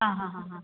ആ ഹാ ഹാ ഹാ